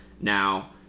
Now